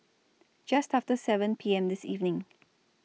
Just after seven P M This evening